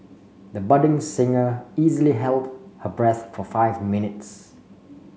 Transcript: the budding singer easily held her breath for five minutes